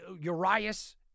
Urias